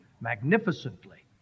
magnificently